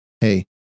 hey